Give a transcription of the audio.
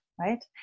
right